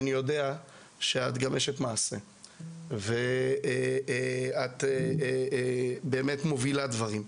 אני יודע שאת אשת מעשה ואת באמת מובילה דברים,